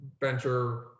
venture